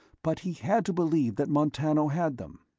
but he had to believe that montano had them.